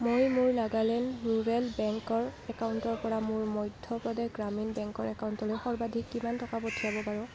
মই মোৰ নাগালেণ্ড ৰুৰেল বেংকৰ একাউণ্টৰ পৰা মোৰ মধ্য প্ৰদেশ গ্ৰামীণ বেংকৰ একাউণ্টলৈ সৰ্বাধিক কিমান টকা পঠিয়াব পাৰো